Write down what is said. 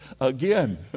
again